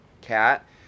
cat